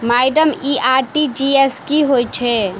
Madam इ RTGS की होइ छैय?